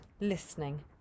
listening